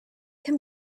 can